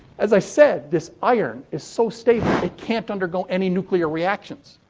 as i said, this iron is so stable it can't undergo any nuclear reaction.